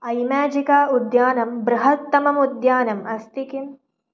ऐमाजिका उद्यानं बृहत्तममुद्यानम् अस्ति किम्